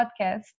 podcast